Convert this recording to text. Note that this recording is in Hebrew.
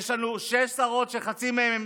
יש לנו שש שרות שחצי מהן הן כאילו משרדים.